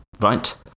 right